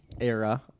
era